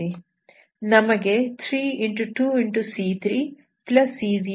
ನಮಗೆ 3